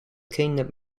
kingdom